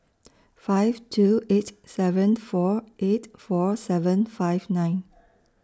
five two eight seven four eight four seven five nine